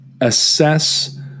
assess